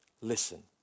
Listen